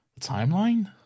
timeline